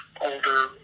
older